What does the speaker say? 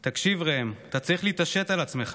תקשיב, ראם, אתה צריך להתעשת על עצמך,